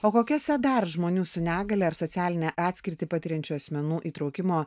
o kokiuose dar žmonių su negalia ar socialine atskirtį patiriančių asmenų įtraukimo